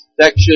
section